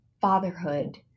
fatherhood